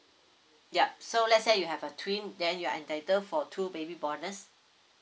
ya so let's say you have a twin then you are entitled for two baby bonus